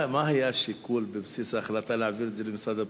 מה היה השיקול בבסיס ההחלטה להעביר את זה למשרד הפנים?